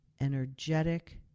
energetic